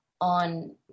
on